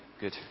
Good